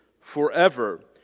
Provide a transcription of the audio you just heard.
forever